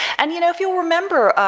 and you know, if you'll remember,